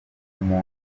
umuntu